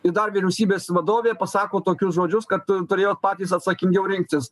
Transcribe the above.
ir dar vyriausybės vadovė pasako tokius žodžius kad turėjot patys atsakingiau rinktis